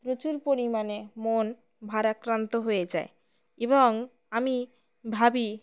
প্রচুর পরিমাণে মন ভারাক্রান্ত হয়ে যায় এবং আমি ভাবি